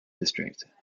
district